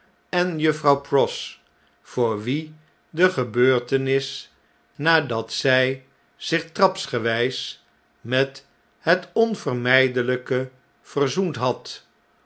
en juffrouw pross voor wie de gebeurtenis nadat zjj zich trapsgewjjs met het onvermjjdelpe verzoend had